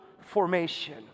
formation